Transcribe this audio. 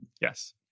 Yes